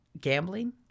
gambling